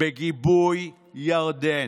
בגיבוי ירדן.